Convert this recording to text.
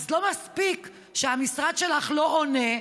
אז לא מספיק שהמשרד שלך לא עונה,